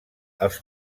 els